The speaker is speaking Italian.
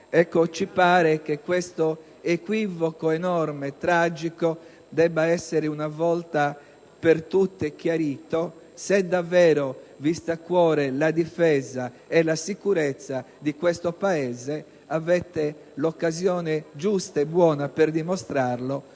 Ci pare che questo equivoco enorme, tragico debba essere chiarito una volta per tutte. Se davvero vi sta a cuore la difesa e la sicurezza di questo Paese, avete l'occasione giusta e buona per dimostrarlo